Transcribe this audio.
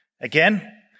Again